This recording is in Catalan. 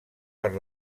per